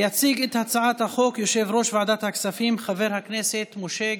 יציג את הצעת החוק יושב-ראש ועדת הכספים חבר הכנסת משה גפני.